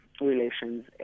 relations